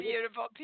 beautiful